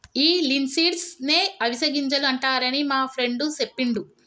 ఈ లిన్సీడ్స్ నే అవిసె గింజలు అంటారని మా ఫ్రెండు సెప్పిండు